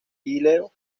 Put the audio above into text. píleo